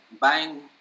buying